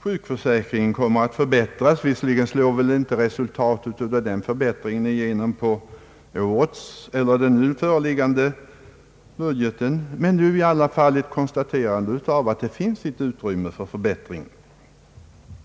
Sjukförsäkringen kommer att förbättras. Visserligen slår väl resultatet av den förbättringen inte igenom i den nu föreliggande budgeten, men det visar i alla fall att det finns ett utrymme för förbättring.